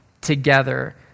together